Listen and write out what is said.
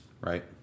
Right